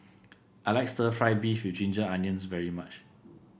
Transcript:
I like stir fry beef with Ginger Onions very much